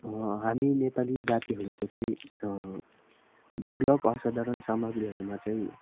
हामी नेपाली जातिहरूको चाहिँ दुर्लभ असाधारण सामग्रीहरूमा चाहिँ